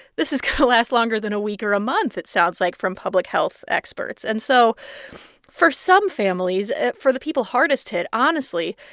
this is going to last longer than a week or a month, it sounds like from public health experts. and so for some families for the people hardest hit, honestly,